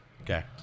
Okay